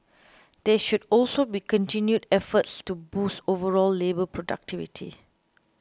there should also be continued efforts to boost overall labour productivity